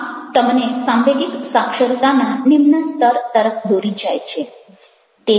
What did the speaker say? આ તમને સાંવેગિક સાક્ષરતાના નિમ્ન સ્તર તરફ દોરી જાય છે